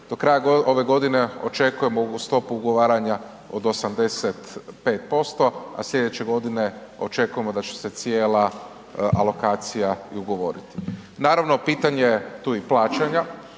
do kraja ove godine očekujemo ovu stopu ugovaranja od 85%, a slijedeće godine očekujemo da će se cijela alokacija i ugovoriti. Naravno, pitanje je tu i plaćanja,